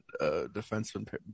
defenseman